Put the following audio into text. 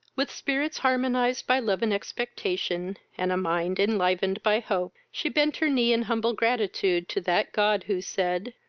with spirits harmonized by love and expectation, and a mind enlivened by hope, she bent her knee in humble gratitude to that god who said,